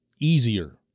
easier